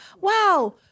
wow